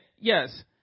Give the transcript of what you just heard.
yes